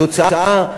התוצאה היא